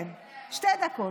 כן, כן, שתי דקות.